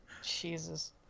Jesus